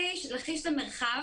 לכיש זה מרחב.